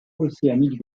océanique